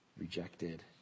rejected